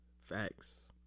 Facts